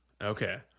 Okay